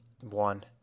one